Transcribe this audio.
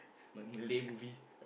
but Malay movie